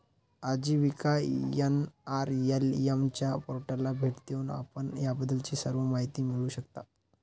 आजीविका एन.आर.एल.एम च्या पोर्टलला भेट देऊन आपण याबद्दलची सर्व माहिती मिळवू शकता